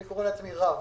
אני קורא לעצמי רב